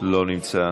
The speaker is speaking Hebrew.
לא נמצא.